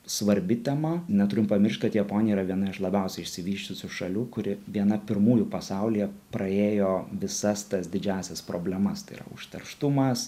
svarbi tema neturim pamiršt kad japonija yra viena iš labiausiai išsivysčiusių šalių kuri viena pirmųjų pasaulyje praėjo visas tas didžiąsias problemas tai yra užterštumas